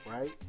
right